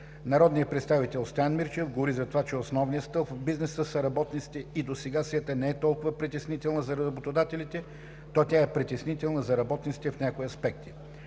Народният представител Стоян Мирчев говори за това, че основен стълб в бизнеса са работниците, и досега СЕТА не е толкова притеснителна за работодателите, то тя е притеснителна за работниците в някои аспекти.